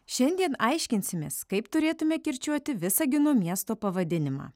šiandien aiškinsimės kaip turėtumėme kirčiuoti visagino miesto pavadinimą